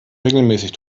regelmäßig